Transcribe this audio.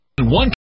one